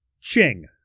Ching